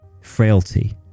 frailty